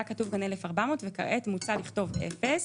היה כתוב כאן 1,400, וכעת מוצע לכתוב אפס.